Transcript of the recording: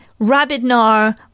Rabidnar